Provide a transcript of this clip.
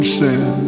sin